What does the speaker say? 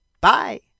Bye